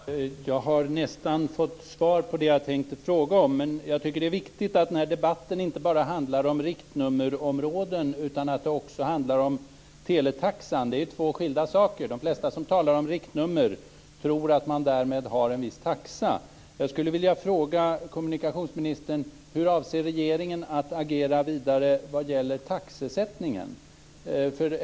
Herr talman! Jag har nästan fått svar på det jag tänkte fråga om. Jag tycker att det är viktigt att debatten inte bara handlar om riktnummerområden utan att det också handlar om teletaxan. Det är två skilda saker. De flesta som talar om riktnummer tror att man därmed har en viss taxa. Hur avser regeringen att agera vidare vad gäller taxesättningen?